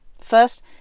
First